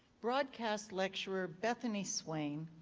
broadcast lecturer, bethany swain.